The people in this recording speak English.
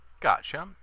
gotcha